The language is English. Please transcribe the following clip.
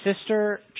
sister